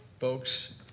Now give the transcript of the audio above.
Folks